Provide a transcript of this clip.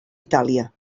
itàlia